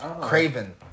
Craven